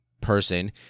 person